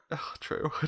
True